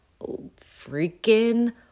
freaking